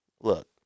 Look